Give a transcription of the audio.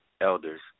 elders